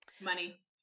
Money